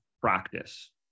practice